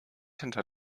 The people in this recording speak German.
hinter